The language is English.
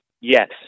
yes